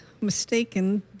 mistaken